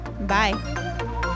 Bye